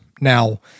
Now